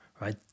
right